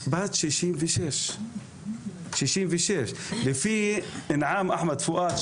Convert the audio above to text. הייתה בת 66. לפי אנעאם אחמד פואד,